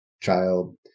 child